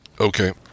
okay